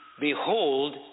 Behold